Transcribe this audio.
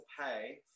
pay